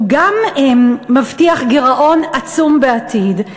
הוא גם מבטיח גירעון עצום בעתיד,